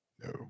No